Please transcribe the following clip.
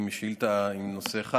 שאילתה עם נושא אחד.